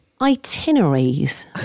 itineraries